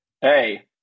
hey